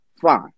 fine